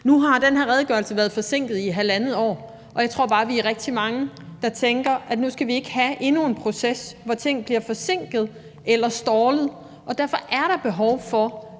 Nu har den her redegørelse været forsinket i halvandet år, og jeg tror bare, at vi er rigtig mange, der tænker, at nu skal vi ikke have endnu en proces, hvor ting bliver forsinket eller stallet, og derfor er der behov for,